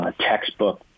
textbook